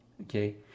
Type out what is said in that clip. Okay